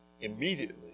immediately